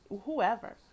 whoever